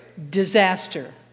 disaster